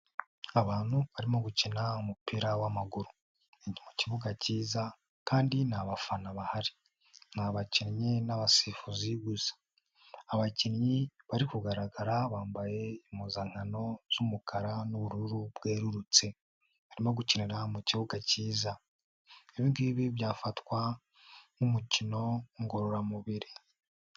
Abantu barimo gukina umupira w'amaguru, ni mu kibuga cyiza kandi nta bafana bahari, ni abakinnyi n'abasifuzi gusa, abakinnyi bari kugaragara bambaye impuzankano z'umukara n'ubururu bwerurutse, barimo gukinira mu kibuga cyiza, ibi ngibi byafatwa nk'umukino ngororamubiri.